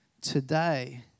Today